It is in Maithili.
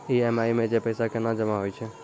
ई.एम.आई मे जे पैसा केना जमा होय छै?